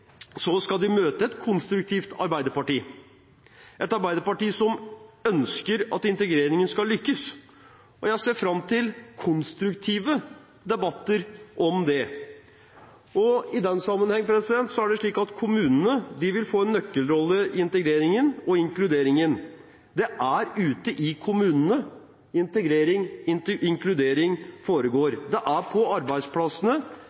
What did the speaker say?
skal de møte et konstruktivt arbeiderparti, et arbeiderparti som ønsker at integreringen skal lykkes. Jeg ser fram til konstruktive debatter om det. I den sammenheng er det slik at kommunene vil få en nøkkelrolle i integreringen og inkluderingen. Det er ute i kommunene integrering og inkludering